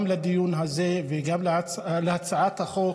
גם על הדיון הזה וגם על הצעת החוק